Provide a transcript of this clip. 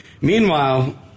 meanwhile